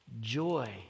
joy